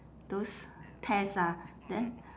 those test ah then